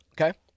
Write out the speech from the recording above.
Okay